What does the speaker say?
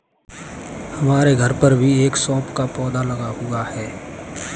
हमारे घर पर भी सौंफ का पौधा लगा हुआ है